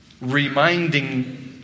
Reminding